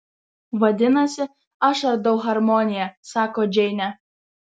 vadinasi aš ardau harmoniją sako džeinė